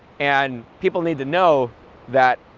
and people need to know that